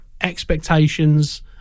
expectations